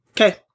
okay